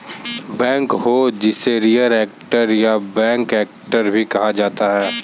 backhoe जिसे rear actor या back actor भी कहा जाता है